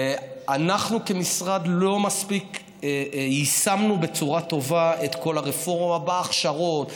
אנחנו כמשרד לא יישמנו בצורה מספיק טובה את כל הרפורמה בהכשרות,